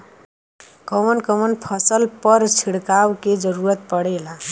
कवन कवन फसल पर छिड़काव के जरूरत पड़ेला?